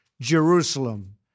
Jerusalem